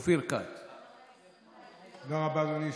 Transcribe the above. אחריו, אמרתי, אופיר כץ.